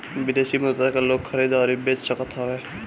विदेशी मुद्रा के लोग खरीद अउरी बेच सकत हवे